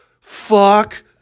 fuck